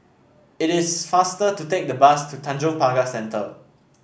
it is faster to take the bus to Tanjong Pagar Centre